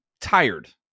tired